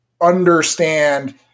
understand